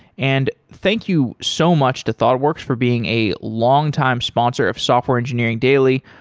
and thank you so much to thoughtworks for being a longtime sponsor of software engineering daily.